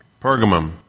Pergamum